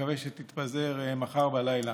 ואני מקווה שהיא תתפזר מחר בלילה.